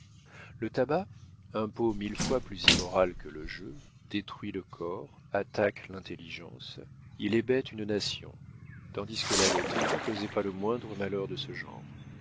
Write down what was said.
le tabac impôt mille fois plus immoral que le jeu détruit le corps attaque l'intelligence il hébète une nation tandis que la loterie ne causait pas le moindre malheur de ce genre